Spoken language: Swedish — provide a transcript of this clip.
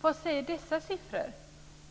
Vad säger dessa siffror?